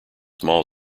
small